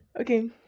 okay